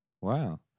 Wow